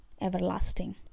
everlasting